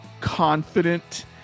confident